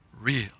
real